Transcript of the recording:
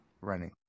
Running